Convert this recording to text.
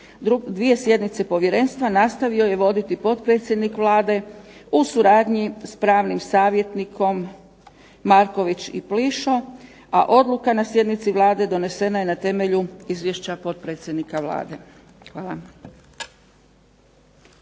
2 sjednice Povjerenstva nastavio je voditi potpredsjednik Vlade u suradnji sa pravnim savjetnikom Marković i Plišo, a odluka na sjednici Vlade donesena je na temelju izvješća potpredsjednika Vlade. Hvala.